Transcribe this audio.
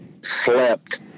slept